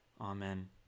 Amen